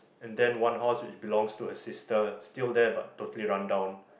and then one house which belongs to her sister still there but totally run down